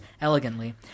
elegantly